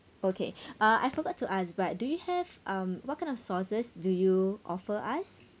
okay uh I forgot to ask but do you have um what kind of sauces do you offer us